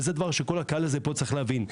וזה דבר שכל הקהל הזה פה צריך להבין.